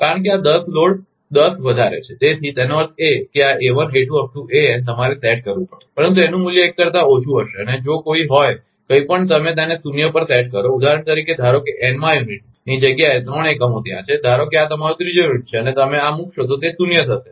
કારણ કે આ દસ લોડ દસ વધારે છે તેથી તેનો અર્થ એ કે આ a1 a2 an તમારે સેટ કરવું પડશે પરંતુ તેનું મૂલ્ય એક કરતા ઓછું હશે અને જો કોઈ હોય તો કંઈપણ તમે તેને શૂન્ય પર સેટ કરો ઉદાહરણ તરીકે ધારો કે n માં યુનિટની જગ્યાએ ત્રણ એકમ ત્યાં છે ધારો કે આ તમારો ત્રીજો યુનિટ છે અને જો તમે આ મૂકશો તો તે શૂન્ય છે અને આ એક 0